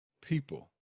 people